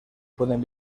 pueden